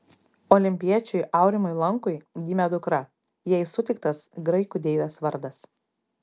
olimpiečiui aurimui lankui gimė dukra jai suteiktas graikų deivės vardas